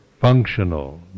functional